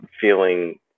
feeling